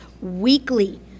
weekly